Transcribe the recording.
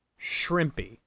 shrimpy